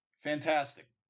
Fantastic